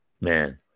Man